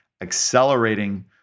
accelerating